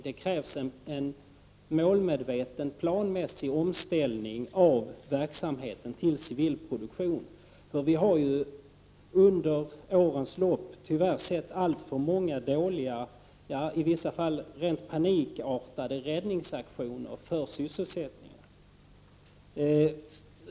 Det krävs en målmedveten, planmässig omställning av verksamheten till civil produktion, för vi har ju under årens lopp tyvärr sett alltför många dåliga, i vissa fall rent panikartade, räddningsaktioner för sysselsättningen.